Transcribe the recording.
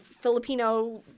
Filipino